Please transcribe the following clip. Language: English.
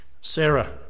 Sarah